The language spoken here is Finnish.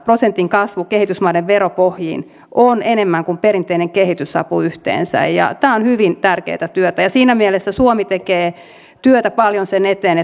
prosentin kasvu kehitysmaiden veropohjiin on enemmän kuin perinteinen kehitysapu yhteensä tämä on hyvin tärkeätä työtä ja siinä mielessä suomi tekee työtä paljon sen eteen